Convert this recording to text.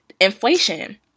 inflation